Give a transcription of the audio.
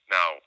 Now